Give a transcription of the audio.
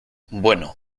bueno